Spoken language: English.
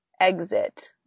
exit